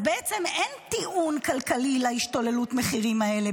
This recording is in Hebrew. אז בעצם אין טיעון כלכלי להשתוללות המחירים הזאת.